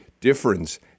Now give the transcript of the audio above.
Difference